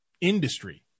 industry